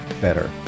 better